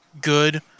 good